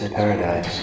paradise